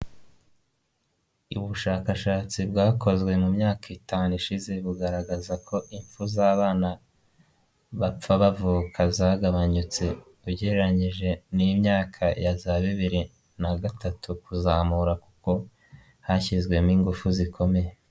Ubushakashatsi bwakozwe mu myaka itanu ishize bugaragaza ko impfu z'abana bapfa bavuka zagabanuyutse ugereranyije n'imyaka ya za bibiri na gatatu kuzamura kuko hashyizwemo ingufu zikomeye.